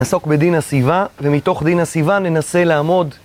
נעסוק בדין הסיבה, ומתוך דין הסיבה ננסה לעמוד..